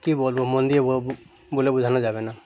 কী বলবো মন্দির ব বলে বোঝানো যাবে না